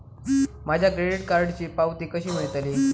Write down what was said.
माझ्या क्रेडीट कार्डची पावती कशी मिळतली?